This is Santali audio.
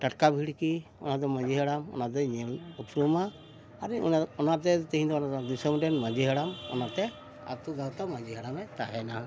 ᱴᱟᱴᱠᱟ ᱵᱷᱤᱲᱠᱤ ᱚᱱᱟᱫᱚ ᱢᱟᱺᱡᱷᱤ ᱦᱟᱲᱟᱢ ᱚᱱᱟᱫᱚᱭ ᱧᱮᱞ ᱩᱯᱨᱩᱢᱟ ᱟᱨ ᱚᱱᱟᱛᱮ ᱛᱮᱦᱮᱧ ᱫᱚ ᱚᱱᱟ ᱫᱤᱥᱚᱢ ᱨᱮᱱ ᱢᱟᱺᱡᱷᱤ ᱦᱟᱲᱟᱢ ᱚᱱᱟᱛᱮ ᱟᱛᱳ ᱜᱟᱶᱛᱟ ᱢᱟᱺᱡᱷᱤ ᱦᱟᱲᱟᱢᱮ ᱛᱟᱦᱮᱱᱟ